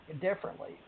differently